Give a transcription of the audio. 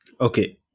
Okay